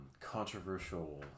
controversial